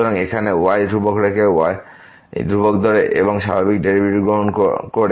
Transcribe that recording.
সুতরাং এখানে y ধ্রুবক রেখে y ধ্রুবক ধরে এবং স্বাভাবিক ডেরিভেটিভ গ্রহণ করে